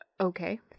Okay